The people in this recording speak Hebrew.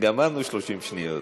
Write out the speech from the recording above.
גמרנו 30 שניות.